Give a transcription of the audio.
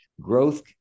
growth